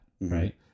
Right